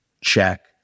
check